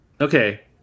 Okay